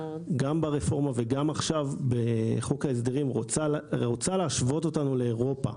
גם ברפורמה וגם עכשיו בחוק ההסדרים רוצה להשוות אותנו לאירופה,